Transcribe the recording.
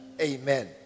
amen